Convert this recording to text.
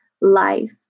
life